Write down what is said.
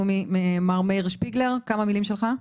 הלאומי, מר מאיר שפיגלר, כמה מילים שלך.